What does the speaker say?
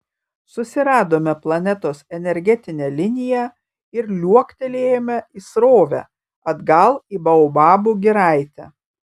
susiradome planetos energetinę liniją ir liuoktelėjome į srovę atgal į baobabų giraitę